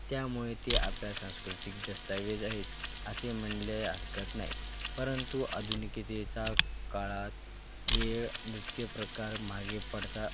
त्यामुळे ते आपल्या सांस्कृतिक दस्तावेज आहेत असे म्हणायला हरकत नाही परंतु आधुनिकतेच्या काळात हे नृत्य प्रकार मागे पडतात